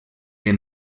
del